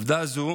עובדה זו